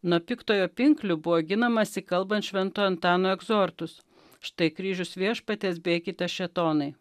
nuo piktojo pinklių buvo ginamasi kalbant švento antano egzortus štai kryžius viešpaties bėkite šėtonai